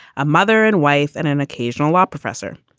a mother and wife, and an occasional law professor.